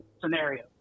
scenario